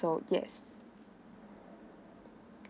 so yes